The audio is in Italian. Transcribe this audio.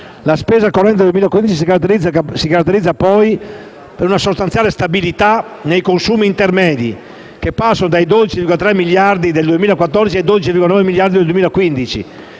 La spesa corrente del 2015 si caratterizza poi per una sostanziale stabilità nei consumi intermedi, che passano dai 12,3 miliardi del 2014 ai 12,9 miliardi del 2015